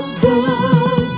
good